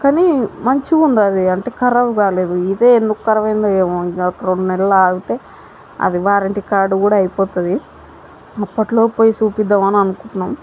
కానీ మంచిగా ఉంది అది అంటే ఖరాబ్ కాలేదు ఇదే ఎందుకు ఖరాబ్ అయిందో ఏమో ఇంకా ఒక రెండు నెలలు ఆగితే అది వ్యారంటీ కార్డ్ కూడా అయిపోతుంది అప్పటి లోపు పోయి చూపిద్దామని అనుకుంటున్నాము